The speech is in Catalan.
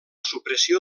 supressió